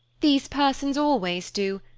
these persons always do,